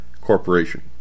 corporation